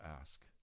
ask